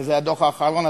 וזה הדוח האחרון,